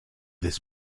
this